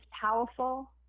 powerful